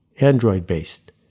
Android-based